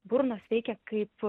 burnos veikia kaip